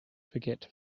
forget